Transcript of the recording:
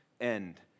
end